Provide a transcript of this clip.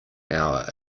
hour